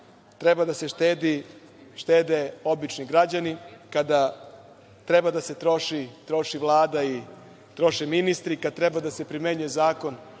treba da se štedi, štede obični građani, kada treba da se troši, troši Vlada i troše ministri, kada treba da se primenjuje zakon,